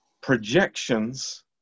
projections